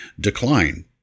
decline